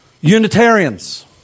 Unitarians